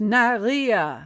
Naria